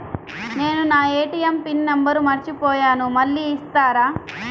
నేను నా ATM pin number మర్చిపోయాను మళ్ళీ ఇస్తారా?